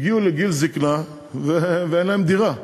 הגיעו לגיל זיקנה ואין להם דירה.